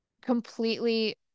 completely